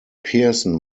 pearson